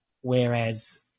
whereas